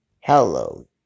Hello